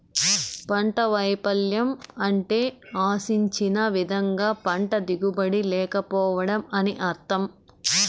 పంట వైపల్యం అంటే ఆశించిన విధంగా పంట దిగుబడి లేకపోవడం అని అర్థం